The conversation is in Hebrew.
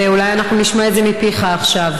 ואולי אנחנו נשמע את זה מפיך עכשיו.